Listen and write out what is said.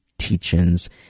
teachings